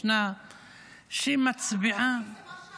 משנה שמצביעה --- אגב חולנית,